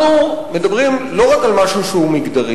אנחנו מדברים לא רק על משהו מגדרי,